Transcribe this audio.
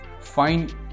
find